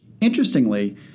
Interestingly